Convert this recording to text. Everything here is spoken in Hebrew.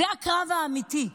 זה הקרב האמיתי,